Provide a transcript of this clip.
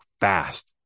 fast